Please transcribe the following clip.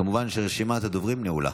כמובן שרשימת הדוברים נעולה.